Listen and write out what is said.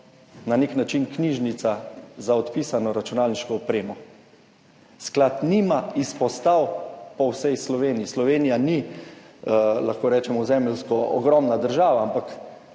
na nek način knjižnica za odpisano računalniško opremo. Sklad nima izpostav po vsej Sloveniji. Slovenija ni, lahko rečemo, ozemeljsko ogromna država, ampak